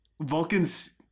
Vulcans